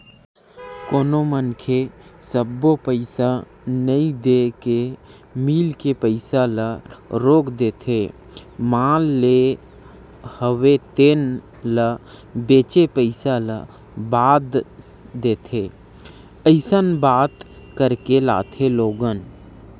कोनो मनखे सब्बो पइसा नइ देय के मील के पइसा ल रोक देथे माल लेय हवे तेन ल बेंचे पइसा ल बाद देथे अइसन बात करके लाथे लोगन